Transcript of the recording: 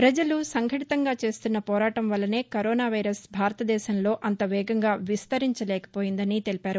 ప్రజలు సంఘటితంగా చేస్తున్న పోరాటం వల్లనే కరోనా వైరస్ భారత్ దేశంలో అంత వేగంగా విస్తరించలేకపోయిందని పేర్కొన్నారు